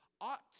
ought